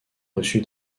reçu